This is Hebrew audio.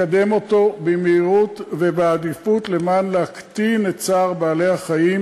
לקדם את זה במהירות ובעדיפות כדי להקטין את צער בעלי-החיים